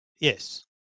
Yes